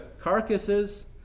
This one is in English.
carcasses